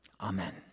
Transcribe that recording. Amen